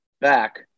back